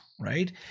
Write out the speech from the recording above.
right